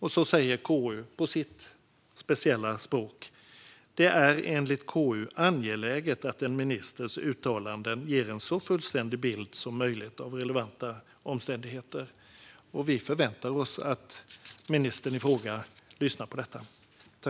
KU säger på sitt speciella språk att det enligt KU är angeläget att en ministers "uttalanden ger en så fullständig bild som möjligt av relevanta omständigheter". Vi förväntar oss att ministern i fråga lyssnar på detta.